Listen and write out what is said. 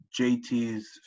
JT's